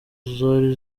zari